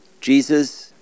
Jesus